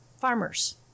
farmers